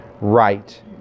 right